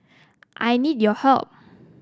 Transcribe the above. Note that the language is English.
I need your help